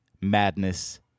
madness